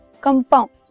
compounds